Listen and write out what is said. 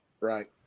Right